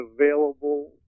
available